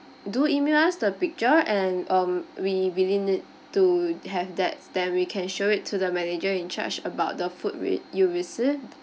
do email us the picture and um we really need to have that then we can show it to the manager in charge about the food vi~ you visit